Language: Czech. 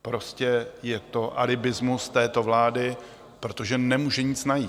Prostě je to alibismus této vlády, protože nemůže nic najít.